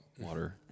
water